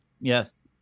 Yes